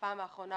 בפעם האחרונה,